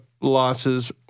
losses